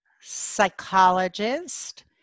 psychologist